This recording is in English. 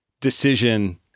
decision